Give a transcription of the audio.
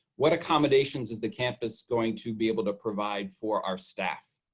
what accommodations is the campus going to be able to provide for our staff?